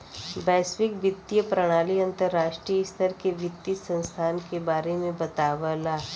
वैश्विक वित्तीय प्रणाली अंतर्राष्ट्रीय स्तर के वित्तीय संस्थान के बारे में बतावला